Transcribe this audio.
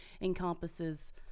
encompasses